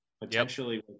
potentially